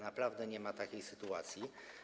Naprawdę nie ma takiej sytuacji.